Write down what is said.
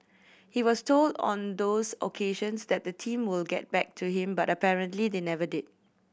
he was told on those occasions that the team will get back to him but apparently they never did